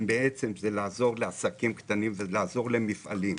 בעצם זה לעזור לעסקים קטנים ולעזור למפעלים.